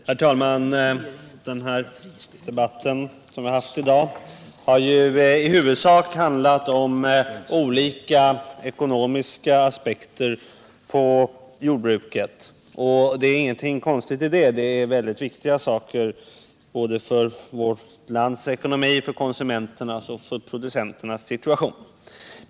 Herr talman! Debatten här i dag har i huvudsak handlat om olika ekonomiska aspekter på jordbruket. Det är ingenting konstigt i det, för det här är väldigt viktiga saker för vårt lands ekonomi liksom för konsumenternas och producenternas situation.